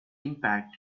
impact